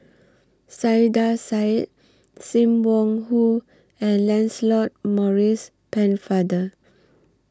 Saiedah Said SIM Wong Hoo and Lancelot Maurice Pennefather